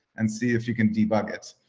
and see if you can debug it.